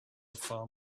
far